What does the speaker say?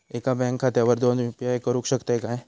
एका बँक खात्यावर दोन यू.पी.आय करुक शकतय काय?